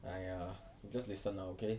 !aiya! you just listen lah okay